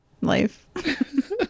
life